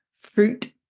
fruit